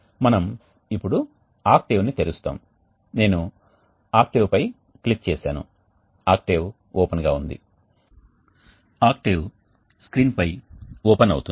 మనం ఇప్పుడు ఆక్టేవ్ని తెరుస్తాము నేను ఆక్టేవ్పై క్లిక్ చేస్తాను ఆక్టేవ్ ఓపెన్గా ఉంది ఆక్టేవ్ స్క్రీన్పై ఓపెన్ అవుతుంది